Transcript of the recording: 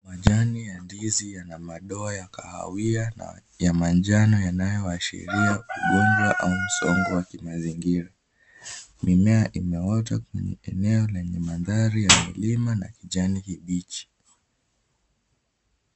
Majani ya ndizi yana madoa ya kahawia na ya manjano inayoashiria ugonjwa au msongo wa kimazingira. Mimea imeota kwenye eneo lenye mandhari ya milima na kijani kibichi.